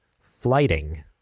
flighting